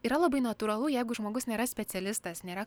yra labai natūralu jeigu žmogus nėra specialistas nėra